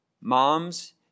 Moms